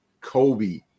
Kobe